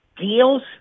deals